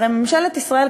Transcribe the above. הרי ממשלת ישראל,